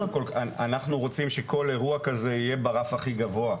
אנחנו רוצים שכל אירוע כזה יהיה ברף הכי גבוה.